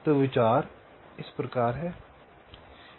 तो विचार इस प्रकार है